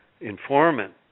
informant